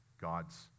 God's